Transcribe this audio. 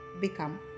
become